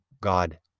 God